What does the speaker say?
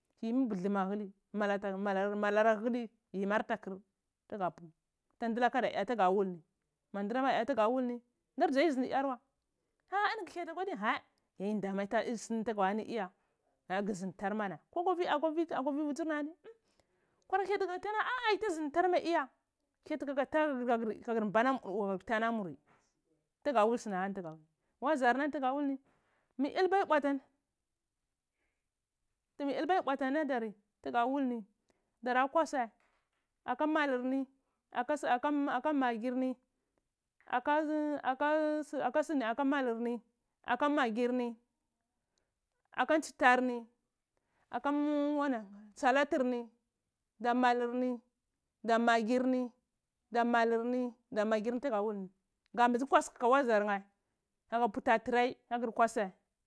Yimi buluw alugur yimar ɗlugur malar ta kri ndilaka ba kur ndika pur ma ndilaka ayo tugheh wul dzai zindi yar wai ha aini ghi hyati akundai ya ai yita sim duvi wa iya ah ga zundi tarmana ko kwavi akwa vivi tinni unh kwani ghindi vitr tari ah yr tandi mai iya hyati gagur mbana tar muri tuga wal suna ahani waza can ni tuga wul ni ɗulbu tum ya bwati aladar tuga wulni dara kwasai aka malir nhi aka magir ni aka nsitair ni aka wanan aka saladur ni da malur ni ɗa magirni da ma lurni tuga wulni gambizi kwasai kaka wazar nheh kaga puti ata tray kagur kwasai.